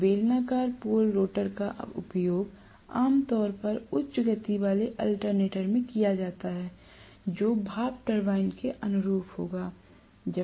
तो बेलनाकार pole rotor का उपयोग आमतौर पर उच्च गति वाले अल्टरनेटर में किया जाता है जो भाप टरबाइन के अनुरूप होता है